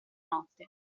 notte